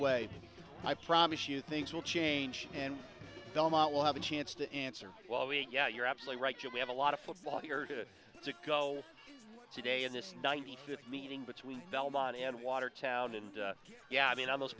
way i promise you things will change and belmont will have a chance to answer well we yeah you're absolutely right joe we have a lot of football the urge to go today in this ninety fifth meeting between belmont and watertown and yeah i mean almost